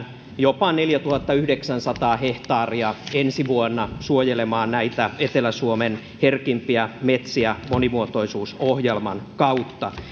jopa neljätuhattayhdeksänsataa hehtaaria ensi vuonna suojelemaan näitä etelä suomen herkimpiä metsiä monimuotoisuusohjelman kautta